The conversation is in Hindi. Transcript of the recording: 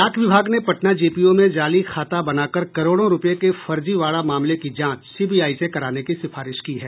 डाक विभाग ने पटना जीपीओ में जाली खाता बनाकर करोड़ों रूपये के फजीवाड़ा मामले की जांच सीबीआई से कराने की सिफारिश की है